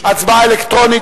חד"ש-תע"ל.